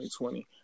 2020